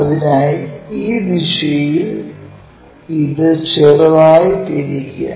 അതിനായി ഈ ദിശയിൽ ഇത് ചെറുതായി തിരിക്കുക